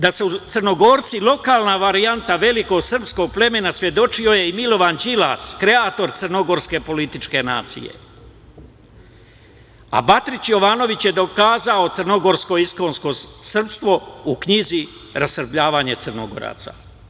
Da su Crnogorci lokalna varijanta velikog sprskog plemena svedočio je i Milovan Đilas, kreator crnogorske političke nacije, a Batrić Jovanović je dokazao crnogorsko iskonsko srpstvo u knjizi "Rasrbljavanje Crnogoraca"